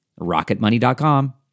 RocketMoney.com